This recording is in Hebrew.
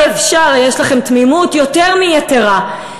יש לכם תמימות יותר מיתרה.